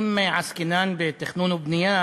אם עסקינן בתכנון ובנייה,